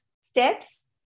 steps